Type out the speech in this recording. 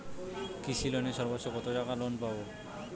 কৃষি লোনে সর্বোচ্চ কত টাকা লোন পাবো?